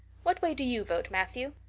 what way do you vote, matthew?